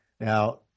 Now